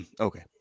Okay